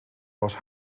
was